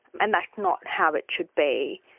and that's not how it should be.